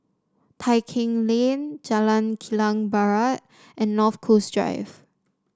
Tai Keng Lane Jalan Kilang Barat and North Coast Drive